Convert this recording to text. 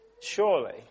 Surely